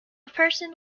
person